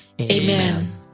Amen